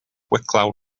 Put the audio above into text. wicklow